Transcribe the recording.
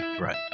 Right